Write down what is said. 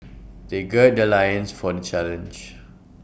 they gird their loins for the challenge